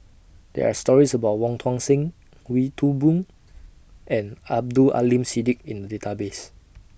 There Are stories about Wong Tuang Seng Wee Toon Boon and Abdul Aleem Siddique in The Database